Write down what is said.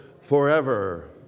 forever